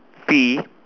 be